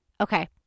Okay